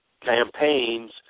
campaigns